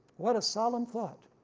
what a solemn thought.